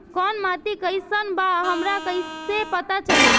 कोउन माटी कई सन बा हमरा कई से पता चली?